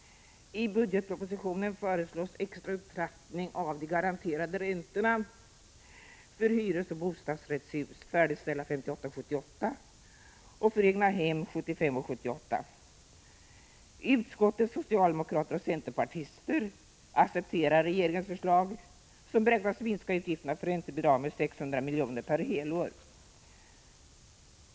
I budgetpropositionen föreslås extra upptrappning av de garanterade räntorna för hyresoch bostadsrättshus färdigställda 1958-1978 och för egnahem färdigställda 1975-1978. Utskottets socialdemokrater och centerpartister accepterar regeringens förslag, som beräknas minska utgifterna för räntebidragen med ca 600 milj.kr. per helår.